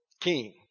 king